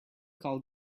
call